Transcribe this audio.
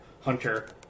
Hunter